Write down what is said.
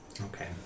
Okay